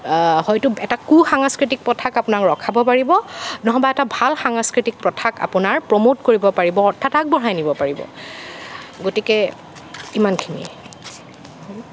হয়তো এটা কু সাংস্কৃতিক প্ৰথাক আপোনাক ৰখাব পাৰিব নহয় বা এটা ভাল সাংস্কৃতিক প্ৰথাক আপোনাৰ প্ৰমোট কৰিব পাৰিব অৰ্থাৎ আগবঢ়াই নিব পাৰিব গতিকে ইমানখিনিয়ে হ'ব